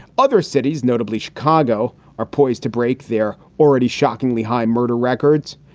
other cities, notably chicago, are poised to break their already shockingly high murder records.